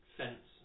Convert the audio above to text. fence